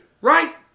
Right